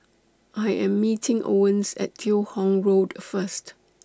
I Am meeting Owens At Teo Hong Road First